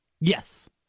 Yes